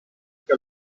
che